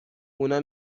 اونا